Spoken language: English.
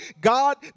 God